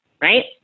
Right